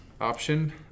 option